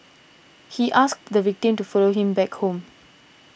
he asked the victim to follow him back home